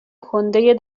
کندهی